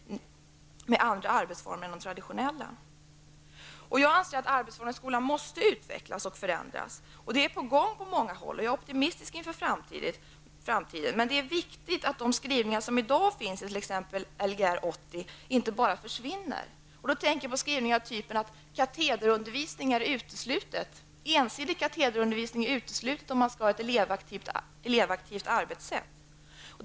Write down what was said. Jag anser att arbetsformerna i skolan måste utvecklas och förändras. Detta är också på gång på många håll, och jag är optimistisk inför framtiden, men det är viktigt att de skrivningar som i dag finns i exempelvis Lgr 80 inte bara försvinner. Jag tänker på sådana skrivningar som att ensidig katederundervisning är utesluten om man skall ha ett elevaktivt arbetssätt.